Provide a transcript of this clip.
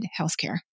healthcare